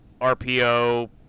RPO